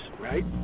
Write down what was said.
right